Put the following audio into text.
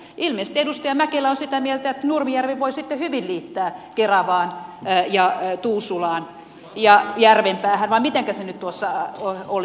ilmeisesti edustaja mäkelä on sitä mieltä että nurmijärven voi sitten hyvin liittää keravaan ja tuusulaan ja järvenpäähän vai mitenkä se nyt tuossa oli